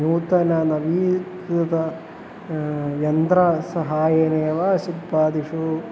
नूतनं नवीकृतं यन्त्रसहाय्येनेव शिल्पादिषु